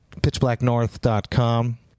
pitchblacknorth.com